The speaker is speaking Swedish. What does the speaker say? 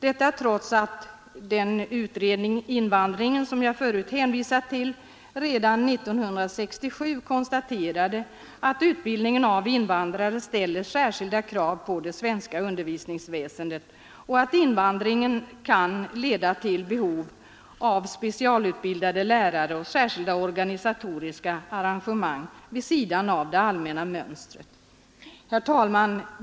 Detta trots att den utredning, Invandringen, som jag förut hänvisat till, redan 1967 konstaterade att utbildningen av invandrare ställer särskilda krav på det svenska undervisningsväsendet och att invandringen kan leda till behov av specialutbildade lärare och särskilda organisatoriska arrangemang vid sidan av det allmänna mönstret. Herr talman!